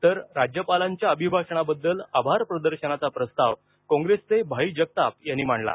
तर राज्यपालांच्या अभिभाषणाबद्दल आभार प्रदर्शनाचा प्रस्ताव काँग्रेसचे भाई जगताप यांनी मांडला